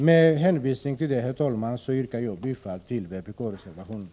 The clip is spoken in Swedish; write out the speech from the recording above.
Med hänvisning till det yrkar jag, herr talman, bifall till vpk-reservationen.